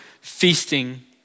feasting